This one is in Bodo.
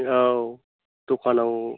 औ दखानाव